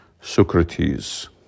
Socrates